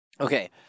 Okay